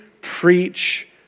preach